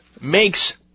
makes